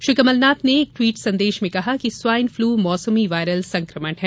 श्री कमलनाथ ने एक ट्वीट संदेश में कहा कि स्वाइन फ्लू मौसमी वायरल संक्रमण है